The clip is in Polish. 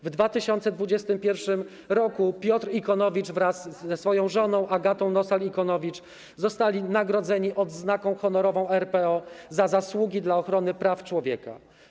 W 2021 r. Piotr Ikonowicz wraz ze swoją żoną Agatą Nosal-Ikonowicz zostali nagrodzeni odznaką honorową RPO „Za Zasługi dla Ochrony Praw Człowieka”